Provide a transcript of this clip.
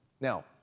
Now